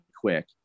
quick